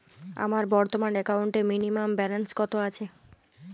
আমার বর্তমান একাউন্টে মিনিমাম ব্যালেন্স কত আছে?